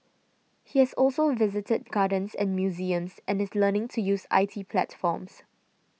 he has also visited gardens and museums and is learning to use I T platforms